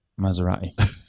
Maserati